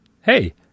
Hey